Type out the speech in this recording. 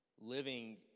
living